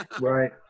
right